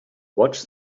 watch